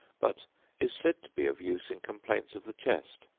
but is said to be of use in complaints of the chest.